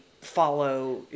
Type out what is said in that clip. follow